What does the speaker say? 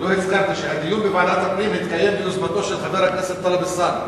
לא הזכרתי שהדיון בוועדת הפנים התקיים ביוזמתו של חבר הכנסת טלב אלסאנע.